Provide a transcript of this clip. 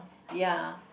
ya